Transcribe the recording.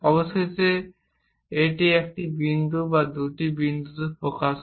অবশেষে এটি এক বিন্দু বা দুই বিন্দুতে ফোকাস করে